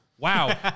Wow